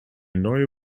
neue